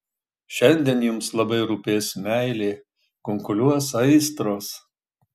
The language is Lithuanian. šiandien jums labai rūpės meilė kunkuliuos aistros